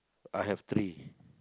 I have three